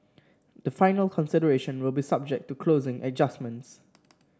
the final consideration will be subject to closing adjustments